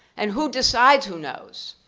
and who decides who knows?